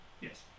Yes